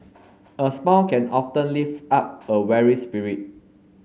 a smile can often lift up a weary spirit